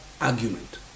argument